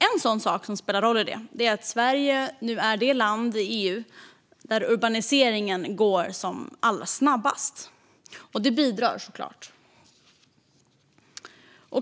En sak som spelar roll i detta är att Sverige nu är det land i EU där urbaniseringen går allra snabbast. Det bidrar såklart.